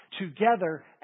together